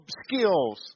skills